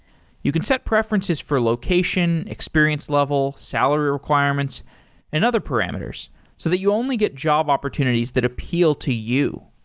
you can set preferences for location, experience level, salary requirements and other parameters so that you only get job opportunities that appeal to you.